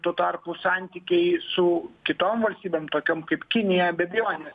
tuo tarpu santykiai su kitom valstybėm tokiom kaip kinija be abejonės